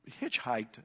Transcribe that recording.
hitchhiked